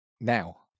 now